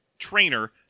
trainer